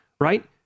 right—